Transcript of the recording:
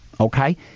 okay